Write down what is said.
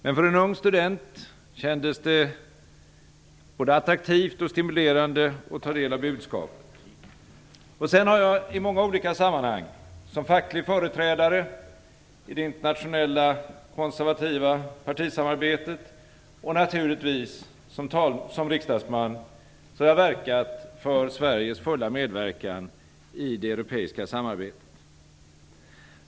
Men för en ung student kändes budskapet attraktivt och stimulerande. Sedan har jag i många olika sammanhang - som facklig företrädare, i det internationella konservativa partisamarbetet och, naturligtvis, som riksdagsman - verkat för Sveriges fulla medverkan i det europeiska samarbetet.